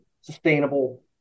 sustainable